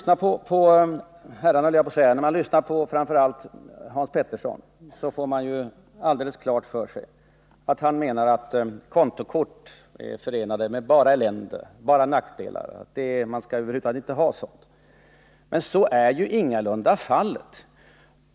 När man lyssnar på framför allt Hans Petersson, får man helt klart för sig att han menar att kontokorten är förenade med bara elände och nackdelar. Man skall över huvud taget inte ha sådana. Men så är ju ingalunda fallet.